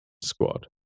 squad